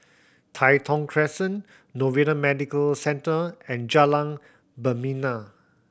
Tai Thong Crescent Novena Medical Centre and Jalan Membina